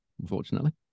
unfortunately